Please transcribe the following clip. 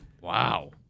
Wow